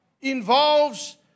involves